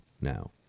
now